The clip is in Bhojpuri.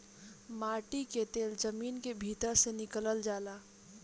माटी के तेल जमीन के भीतर से निकलल जाला